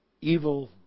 evil